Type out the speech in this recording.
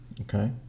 Okay